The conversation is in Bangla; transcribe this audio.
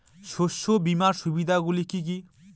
শস্য বীমার সুবিধা গুলি কি কি?